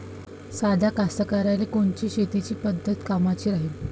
साध्या कास्तकाराइले कोनची शेतीची पद्धत कामाची राहीन?